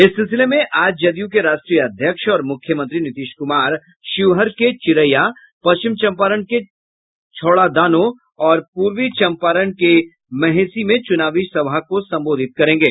इस सिलसिले में आज जदयू के राष्ट्रीय अध्यक्ष और मुख्यमंत्री नीतीश कुमार शिवहर के चिरैया पश्चिम चंपारण के छौड़ादानो और पूर्वी चंपारा के मेहषी में चुनावी सभा को संबोधित करेंगे